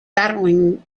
battling